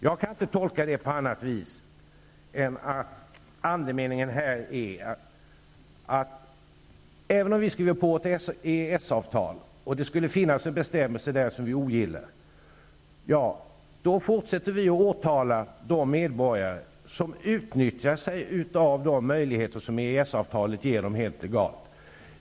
Jag kan inte tolka det på annat vis än att andemeningen är att även om vi skriver på ett EES avtal och det där skulle finnas en bestämmelse som vi ogillar, fortsätter vi att åtala de medborgare som utnyttjar sig av de möjligheter som EES-avtalet ger dem helt legalt.